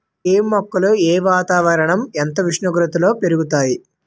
కెమ్ మొక్కలు ఏ వాతావరణం ఎంత ఉష్ణోగ్రతలో పెరుగుతాయి?